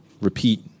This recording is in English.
repeat